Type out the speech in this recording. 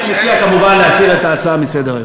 אני מציע, כמובן, להסיר את ההצעה מסדר-היום.